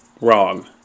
wrong